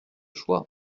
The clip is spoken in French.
choix